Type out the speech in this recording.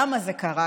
למה זה קרה,